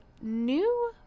new